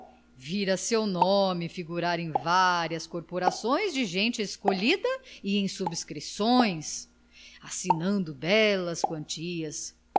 vira seu nome figurar em várias corporações de gente escolhida e em subscrições assinando belas quantias